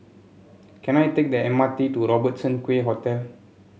can I take the M R T to Robertson Quay Hotel